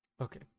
Okay